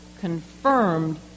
confirmed